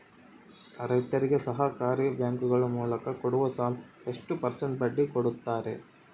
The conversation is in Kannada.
ರೈತರಿಗೆ ಸಹಕಾರಿ ಬ್ಯಾಂಕುಗಳ ಮೂಲಕ ಕೊಡುವ ಸಾಲ ಎಷ್ಟು ಪರ್ಸೆಂಟ್ ಬಡ್ಡಿ ಕೊಡುತ್ತಾರೆ?